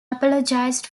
apologized